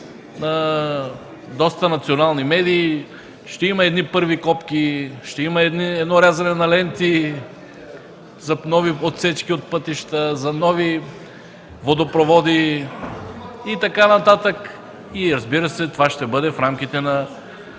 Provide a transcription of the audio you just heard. на доста национални медии ще има едни първи копки, ще има едно рязане на ленти за нови отсечки от пътища, за нови водопроводи и така нататък. (Реплики от ГЕРБ: „Това лошо ли